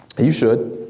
you should,